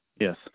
Yes